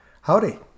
Howdy